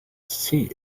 see